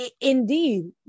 Indeed